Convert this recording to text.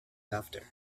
laughter